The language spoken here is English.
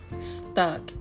stuck